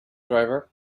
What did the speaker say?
driver